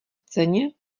ceně